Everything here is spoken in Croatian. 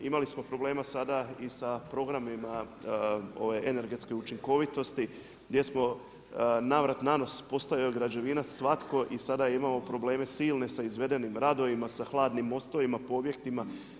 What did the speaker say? Imali smo problema sada i sa programima energetske učinkovitosti gdje smo navrat nanos postao je građevinac svatko i sada imamo probleme silne sa izvedenim radovima, sa hladnim mostovima po objektima.